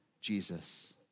Jesus